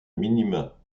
minima